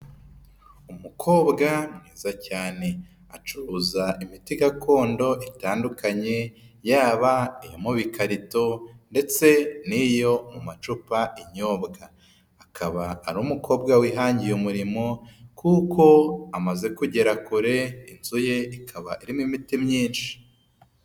Umukobwaza cyane, acuruza imiti gakondo itandukanye, yaba iyo mu bikarito ndetse n'iyo mu macupa inyobwa, akaba ari umukobwa wihangiye umurimo kuko amaze kugera kure, inzu ye ikaba irimo imiti myinshi.